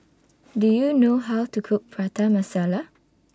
Do YOU know How to Cook Prata Masala